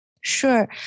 Sure